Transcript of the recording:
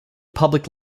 public